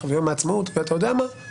כי אני מעדיפה את האמת מכל דבר